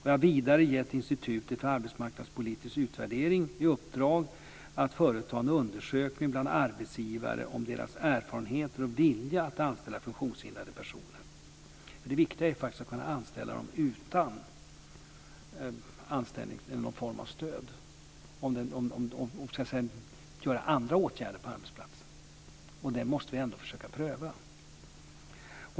Jag har vidare gett Institutet för arbetsmarknadspolitisk utvärdering i uppdrag att företa en undersökning bland arbetsgivare om deras erfarenheter och vilja att anställa funktionshindrade personer. Det viktiga är faktiskt att kunna anställa dem utan någon form av stöd om man åtar sig att göra andra åtgärder på arbetsplatsen. Detta måste vi försöka pröva.